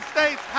States